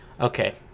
okay